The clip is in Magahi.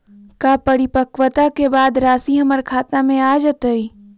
का परिपक्वता के बाद राशि हमर खाता में आ जतई?